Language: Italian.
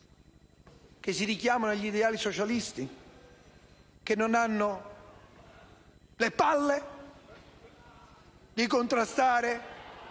che si richiamano agli ideali socialisti, che non hanno le palle per contrastare